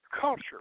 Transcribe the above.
culture